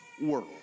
world